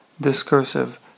discursive